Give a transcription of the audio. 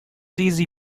easy